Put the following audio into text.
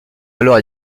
alors